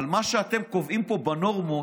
אבל מה שאתם קובעים פה בנורמות,